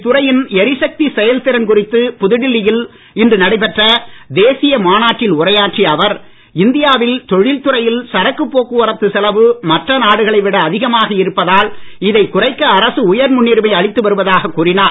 இத்துறையின் எரிசக்தி செயல்திறன் குறித்து புதுடில்லி யில் இன்று நடைபெற்ற தேசிய மாநாட்டில் உரையாற்றிய அவர் இந்தியா வில் தொழில்துறையில் சரக்குப் போக்குவரத்துச் செலவு மற்ற நாடுகளை விட அதிகமாக இருப்பதால் இதைக் குறைக்க அரசு உயர் முன்னுரிமை அளித்து வருவதாகக் கூறினார்